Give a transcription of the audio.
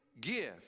gift